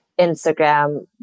instagram